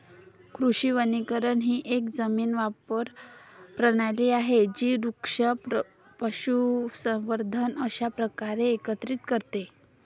कृषी वनीकरण ही एक जमीन वापर प्रणाली आहे जी वृक्ष, पशुसंवर्धन अशा प्रकारे एकत्रित करते